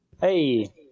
Hey